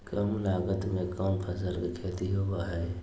काम लागत में कौन फसल के खेती होबो हाय?